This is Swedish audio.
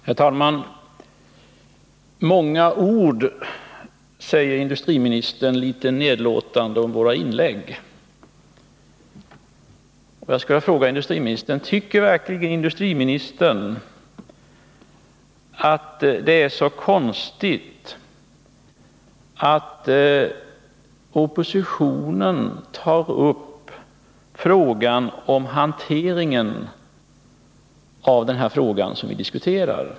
Herr talman! Många ord, säger industriministern litet nedlåtande om våra inlägg. Jag skulle vilja fråga: Tycker industriministern verkligen att det är så konstigt att oppositionen tar upp hanteringen av den fråga vi nu diskuterar?